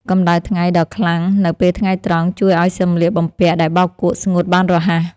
កម្តៅថ្ងៃដ៏ខ្លាំងនៅពេលថ្ងៃត្រង់ ជួយឱ្យសម្លៀកបំពាក់ដែលបោកគក់ស្ងួតបានរហ័ស។